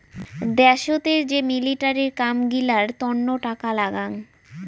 দ্যাশোতের যে মিলিটারির কাম গিলার তন্ন টাকা লাগাং